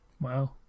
wow